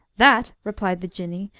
that, replied the jinnee,